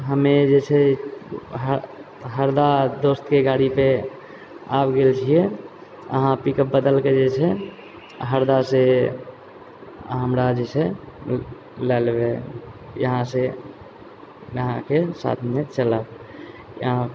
हम्मे जे छै हरदा दोस्तके गाड़ीपर आबि गेल छियै अहाँ पिकअप बदलि के जे छै हरदासँ हमरा जे छै लए लेबै यहाँसँ अहाँके साथमे चलब